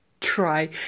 try